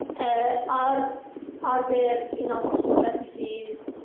ah um are there enough strategies,